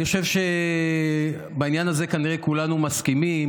אני חושב שבעניין הזה כנראה כולנו מסכימים,